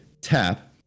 tap